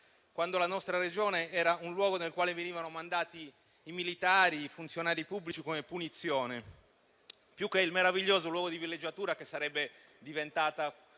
quando la nostra Regione era un luogo nel quale venivano mandati i militari e i funzionari pubblici come punizione, più che il meraviglioso luogo di villeggiatura, noto in tutto